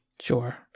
sure